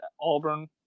Auburn